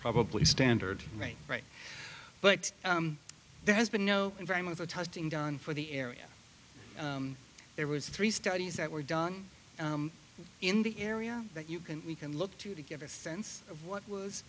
probably standard right right but there has been no environmental testing done for the area there was three studies that were done in the area that you can we can look to to give a sense of what was